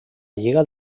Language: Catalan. lliga